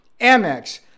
Amex